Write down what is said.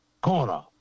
corner